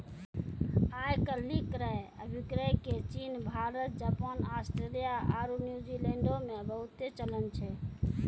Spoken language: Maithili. आइ काल्हि क्रय अभिक्रय के चीन, भारत, जापान, आस्ट्रेलिया आरु न्यूजीलैंडो मे बहुते चलन छै